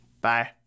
bye